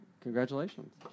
Congratulations